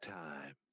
time